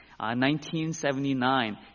1979